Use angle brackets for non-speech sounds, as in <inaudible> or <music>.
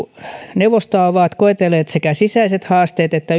neuvostoa ovat koetelleet sekä sisäiset haasteet että <unintelligible>